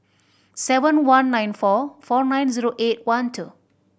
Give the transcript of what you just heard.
seven one nine four four nine zero eight one two